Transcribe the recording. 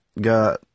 got